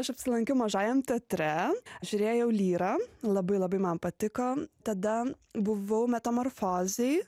aš apsilankiau mažajam teatre žiūrėjau lyrą labai labai man patiko tada buvau metamorfozėj